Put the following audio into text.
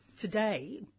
today